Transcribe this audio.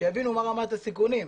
ויבינו מה רמת הסיכונים.